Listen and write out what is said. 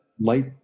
light